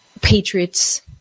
patriots